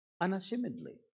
unashamedly